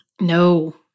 No